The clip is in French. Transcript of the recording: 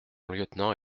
lieutenant